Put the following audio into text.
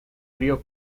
río